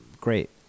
Great